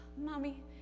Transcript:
Mommy